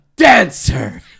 dancer